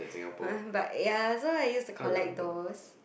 but ya so I used to collect those